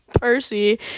Percy